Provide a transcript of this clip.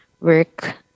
work